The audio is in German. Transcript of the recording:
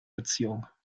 beziehung